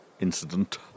incident